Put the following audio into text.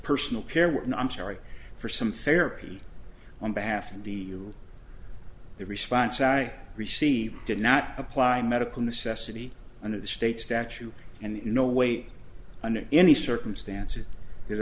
personal care and i'm sorry for some therapy on behalf of the the response i received did not apply medical necessity under the state's statute and no way under any circumstances